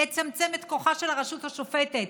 לצמצם את כוחה של הרשות השופטת,